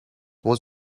was